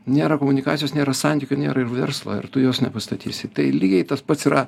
nėra komunikacijos nėra santykių nėra ir verslo ir tu jos nepastatysi tai lygiai tas pats yra